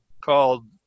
called